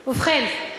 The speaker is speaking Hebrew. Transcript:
ובכן,